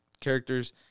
characters